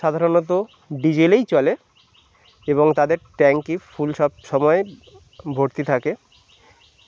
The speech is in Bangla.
সাধারণত ডিজেলেই চলে এবং তাদের ট্যাঙ্কি ফুল সব সময়ে ভর্তি থাকে